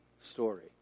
story